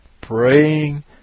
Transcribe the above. praying